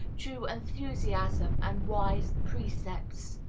true enthusiasm and wise precepts.